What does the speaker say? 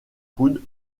coudes